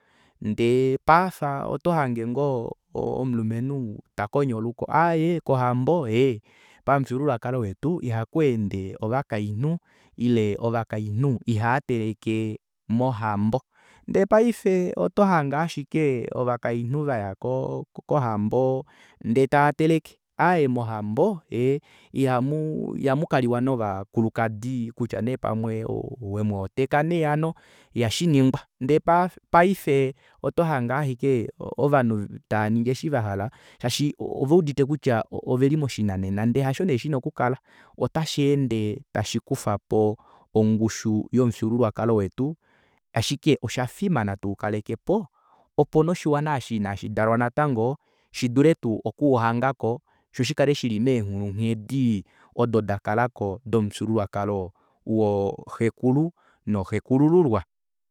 Ndee paafa otohange ngoo omulumenhu takwenya oluko aaye kohambo ee pamfyuululwakalo wetu ihakweende ovakainhu ile ovakainhu ihaateleke mohambo ndee paife otohange ashike ovakainhu vaya koo kohambo ndee tateleke aaye mohambo ee ihamu ihamu kaliwa novakulukadi kutya neepamwe womwooteka neehano ihashingwa ndee paife otohange ashike ovanhu tavaningi eshi vahala shaashi oveudite kutya oveli moshinanena ndee hasho nee shina okukala ota sheende tashikufapo ongushu yomufyuululwakalo wetu ashike oshafimana tuukalekepo opo noshiwana eshi ina shidalwa natango shidule tuu okuhangako shoo shikale shili meenghulunghedi odo dakalako domufyuululwakalo wooxekulu noo xekulululwa